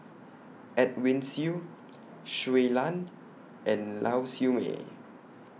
Edwin Siew Shui Lan and Lau Siew Mei